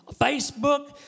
Facebook